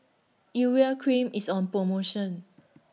Urea Cream IS on promotion